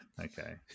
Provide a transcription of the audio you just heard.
okay